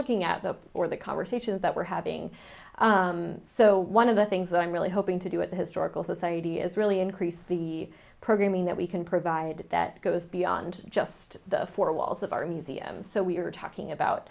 looking at the or the conversations that we're having so one of the things that i'm really hoping to do at the historical society is really increase the programming that we can provide that goes beyond just the four walls of our museum so we're talking